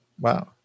wow